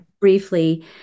briefly